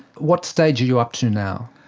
what stage are you up to now?